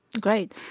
Great